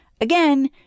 again